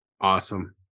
awesome